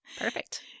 Perfect